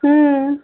हं